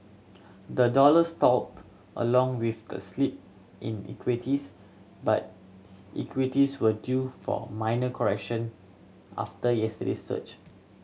the dollar stalled along with the slip in equities but equities were due for minor correction after yesterday's surge